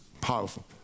powerful